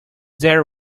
there